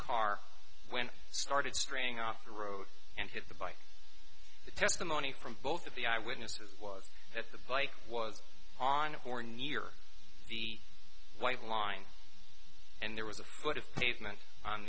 car when it started straying off the road and hit the bike the testimony from both of the eyewitnesses was that the bike was on or near the white line and there was a foot of pavement on